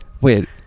wait